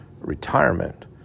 retirement